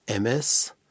MS